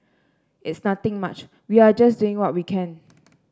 it's nothing much we are just doing what we can